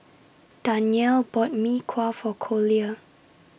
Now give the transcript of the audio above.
Danyell bought Mee Kuah For Collier